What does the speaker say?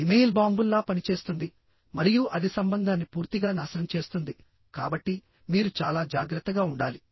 email బాంబుల్లా పనిచేస్తుంది మరియు అది సంబంధాన్ని పూర్తిగా నాశనం చేస్తుంది కాబట్టి మీరు చాలా జాగ్రత్తగా ఉండాలి